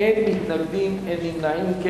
אין מתנגדים, אין נמנעים.